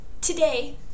today